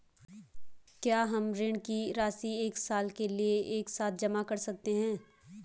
क्या हम ऋण की राशि एक साल के लिए एक साथ जमा कर सकते हैं?